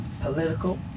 political